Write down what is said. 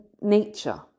nature